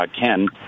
Ken